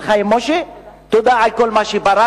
של חיים משה: "תודה על כל מה שבראת,